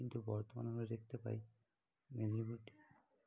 কিন্তু বর্তমানে আমরা দেখতে পাই মেদিনীপুরটি